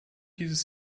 dieses